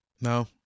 No